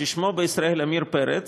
ששמו בישראל עמיר פרץ,